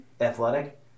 athletic